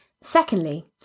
Secondly